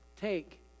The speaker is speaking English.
take